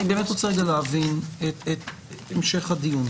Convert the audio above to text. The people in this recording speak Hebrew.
אני באמת רוצה להבין את המשך הדיון.